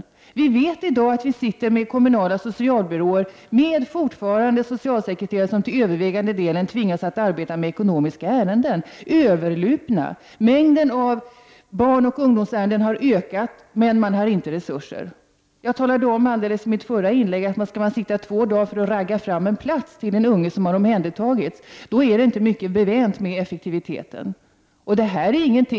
Det finns i dag socialsekreterare på kommunala socialbyråer som till övervägande delen tvingas arbeta med ekonomiska ärenden, trots att mängden av barnoch ungdomsärenden har ökat — man har inte resurser. Jag sade i mitt förra inlägg att det inte är mycket bevänt med effektiviteten om man skall sitta i två dagar för att ragga upp en plats till en ung människa som har omhändertagits.